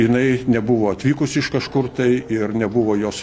jinai nebuvo atvykusi iš kažkur tai ir nebuvo jos